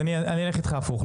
אני אלך איתך הפוך.